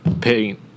paint